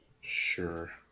Sure